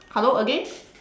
hello again